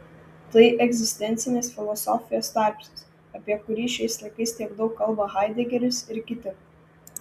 tai egzistencinės filosofijos tarpsnis apie kurį šiais laikais tiek daug kalba haidegeris ir kiti